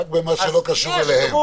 רק במה שלא קשור אליהם.